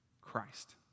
Christ